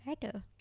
better